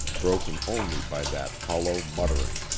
broken only by that hollow muttering.